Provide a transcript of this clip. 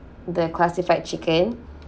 the classified chicken